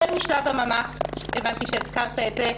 החל משלב הממ"ח הבנתי שהזכרת את זה,